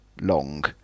long